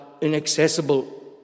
inaccessible